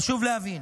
חשוב להבין,